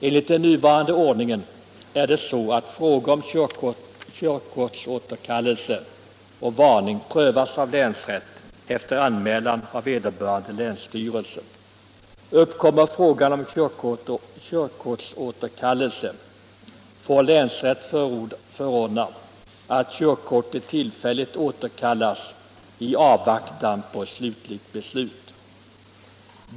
Enligt den nuvarande ordningen är det så att frågor om körkortsåterkallelse och varning prövas av länsrätt efter anmälan av vederbörande länsstyrelse. Uppkommer fråga om körkortsåterkallelse får länsrätt förordna att körkortet tillfälligt återkallas i avvaktan på slutligt beslut.